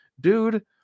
dude